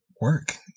work